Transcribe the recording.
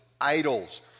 idols